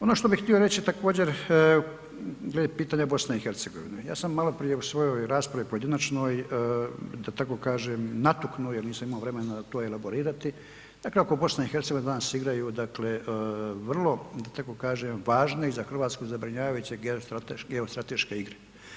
Ono što bih htio reći također glede pitanja BiH, ja sam malo prije u svojoj raspravi pojedinačnoj da tako kažem natuknuo, jer nisam imao vremena to elaborirati, dakle ako BiH danas igraju vrlo da tako kažem važne i za Hrvatsku zabrinjavajuće geostrateške igre.